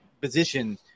position